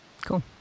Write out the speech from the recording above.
cool